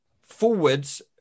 forwards